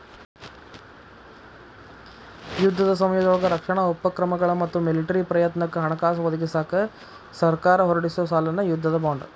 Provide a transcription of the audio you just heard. ಯುದ್ಧದ ಸಮಯದೊಳಗ ರಕ್ಷಣಾ ಉಪಕ್ರಮಗಳ ಮತ್ತ ಮಿಲಿಟರಿ ಪ್ರಯತ್ನಕ್ಕ ಹಣಕಾಸ ಒದಗಿಸಕ ಸರ್ಕಾರ ಹೊರಡಿಸೊ ಸಾಲನ ಯುದ್ಧದ ಬಾಂಡ್